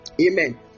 Amen